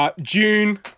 June